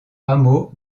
hameau